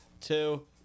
two